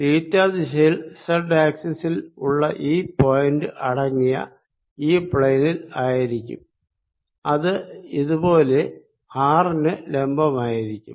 തീറ്റ ദിശയിൽ സെഡ് ആക്സിസിൽ ഉള്ള ഈ പോയിന്റ് അടങ്ങിയ ഈ പ്ളേനി ൽ ആയിരിക്കും അത് ഇതുപോലെ ആർ ന് ലംബമായിരിക്കും